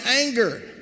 anger